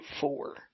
four